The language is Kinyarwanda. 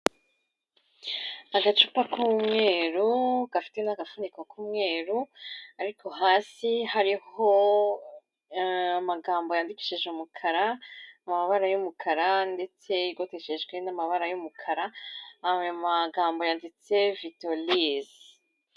Agacupa k'umweru gafite n'agafuniko k'umweru, ariko hasi hariho amagambo yandikishije umukara, amabara y'umukara, ndetse agoteshejwe n'amabara y'umukara, ayo magambo yanditse vitolize.